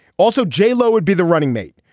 also j lo would be the running mate.